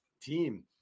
team